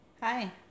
Hi